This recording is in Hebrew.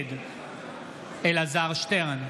נגד אלעזר שטרן,